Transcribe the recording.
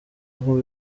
aho